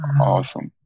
awesome